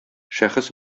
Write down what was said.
шәхес